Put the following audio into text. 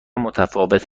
متفاوت